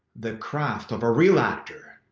the craft of a real actor,